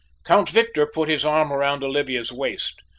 count victor put his arm round olivia's waist.